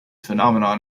phenomenon